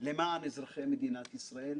למען אזרחי מדינת ישראל.